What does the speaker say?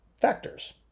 factors